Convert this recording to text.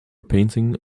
painting